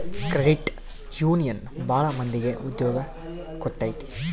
credit union ಭಾಳ ಮಂದಿಗೆ ಉದ್ಯೋಗ ಕೊಟ್ಟೈತಿ